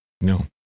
No